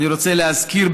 אני רוצה להזכיר,